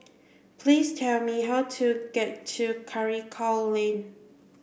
please tell me how to get to Karikal Lane